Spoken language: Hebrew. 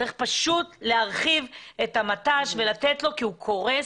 צריך להרחיב את המט"ש ולתת לו כי הוא קורס,